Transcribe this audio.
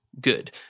good